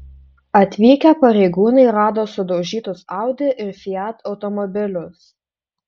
atvykę pareigūnai rado sudaužytus audi ir fiat automobilius